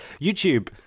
YouTube